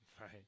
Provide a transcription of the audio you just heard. Right